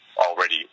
already